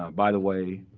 by the way,